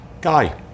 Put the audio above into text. Guy